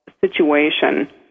situation